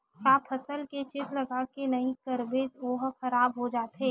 का फसल के चेत लगय के नहीं करबे ओहा खराब हो जाथे?